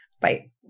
Bye